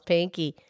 Pinky